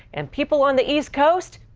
and people on the east coast,